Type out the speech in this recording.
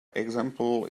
example